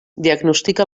diagnostica